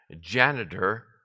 janitor